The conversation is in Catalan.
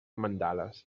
mandales